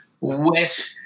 wet